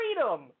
Freedom